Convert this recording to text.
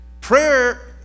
Prayer